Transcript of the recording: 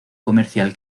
comercial